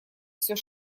все